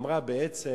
בעצם